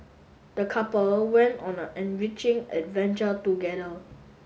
the couple went on an enriching adventure together